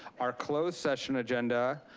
our closed session agenda,